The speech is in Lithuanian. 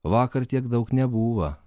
vakar tiek daug nebuvo